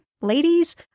ladies